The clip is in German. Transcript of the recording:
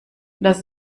das